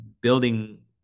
building